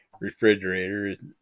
refrigerator